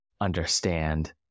Understand